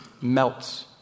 melts